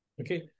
Okay